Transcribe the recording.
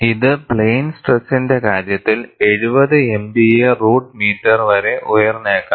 ഇത് പ്ലെയിൻ സ്ട്രെസ്സിന്റെ കാര്യത്തിൽ 70 MPa റൂട്ട് മീറ്റർ വരെ ഉയർന്നേക്കാം